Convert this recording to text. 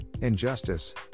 injustice